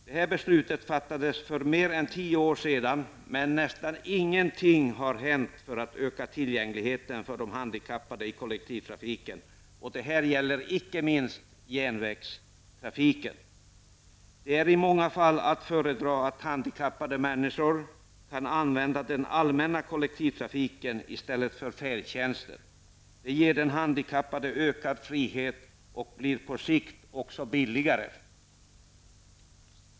Detta beslut fattades för mer än tio år sedan, men nästan ingenting har gjorts för att öka tillgängligheten för de handikappade i kollektivtrafiken. Det gäller icke minst järnvägstrafiken. Det är i många fall att föredra att handikappade människor kan använda den allmänna kollektivtrafiken i stället för färdtjänsten. Det ger den handikappade ökad frihet och blir på sikt också billigare.